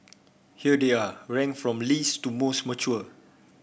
here they are ranked from least to most mature